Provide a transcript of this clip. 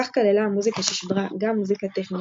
כך כללה המוזיקה ששודרה גם מוזיקת טכנו,